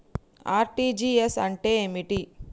RTGS అంటే ఏమిటి?